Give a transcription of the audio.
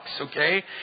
okay